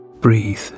breathe